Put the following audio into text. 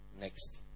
next